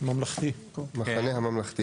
המחנה הממלכתי.